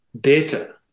data